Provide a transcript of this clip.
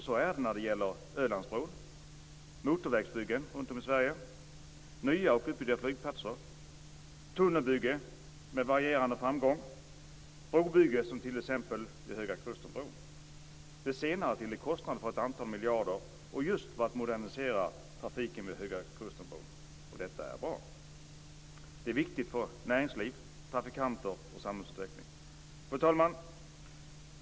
Så är det när det gäller Ölandsbron, motorvägsbyggen runtom i Sverige, nya och utbyggda flygplatser, tunnelbyggen, med varierande framgång, och brobyggen, som t.ex. Högakustenbron. Den senare till en kostnad av ett antal miljarder just för att modernisera trafiken vid höga kusten. Detta är bra. Det är viktigt för näringsliv, trafikanter och samhällsutveckling. Fru talman!